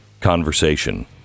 conversation